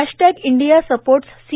hashtag India supports C